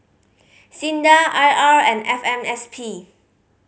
SINDA I R and F M S P